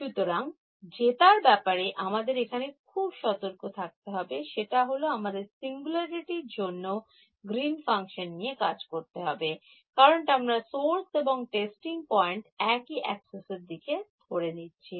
সুতরাং জেতার ব্যাপারে আমাদের এখানে খুব সতর্ক থাকতে হবে সেটা হল আমাদের সিঙ্গুলারিটি জন্য গ্রীন ফাংশন নিয়ে কাজ করতে হবে কারণ আমরা সোর্স এবং টেস্টিং পয়েন্ট একই একসিসের দিকে ধরে নিয়েছি